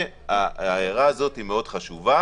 והערה חשובה